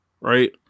right